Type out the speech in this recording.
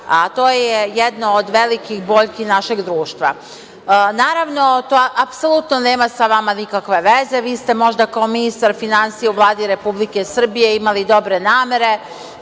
a to je jedno od velikih boljki našeg društva. Naravno, to apsolutno sa vama nema nikakve veze, vi ste možda kao ministar finansija u Vladi Republike Srbije imali dobre namere